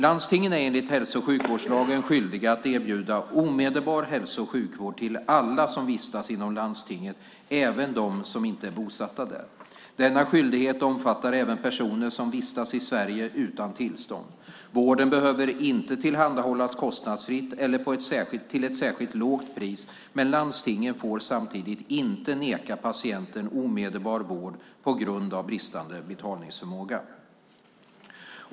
Landstingen är enligt hälso och sjukvårdslagen skyldiga att erbjuda omedelbar hälso och sjukvård till alla som vistas inom landstinget, även de som inte är bosatta där. Denna skyldighet omfattar även personer som vistas i Sverige utan tillstånd. Vården behöver inte tillhandahållas kostnadsfritt eller till ett särskilt lågt pris men landstingen får samtidigt inte neka patienten omedelbar vård på grund av bristande betalningsförmåga.